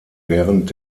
während